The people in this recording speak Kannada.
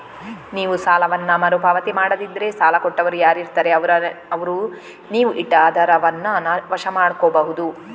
ನೀವು ಸಾಲವನ್ನ ಮರು ಪಾವತಿ ಮಾಡದಿದ್ರೆ ಸಾಲ ಕೊಟ್ಟವರು ಯಾರಿರ್ತಾರೆ ಅವ್ರು ನೀವು ಇಟ್ಟ ಆಧಾರವನ್ನ ವಶ ಮಾಡ್ಕೋಬಹುದು